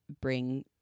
bring